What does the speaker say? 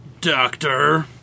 Doctor